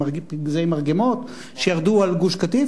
פגזי מרגמות שירדו על גוש-קטיף,